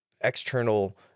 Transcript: external